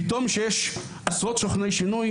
פתאום שיש עשרות סוכני שינוי,